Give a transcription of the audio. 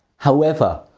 however,